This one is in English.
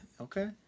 Okay